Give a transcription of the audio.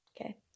Okay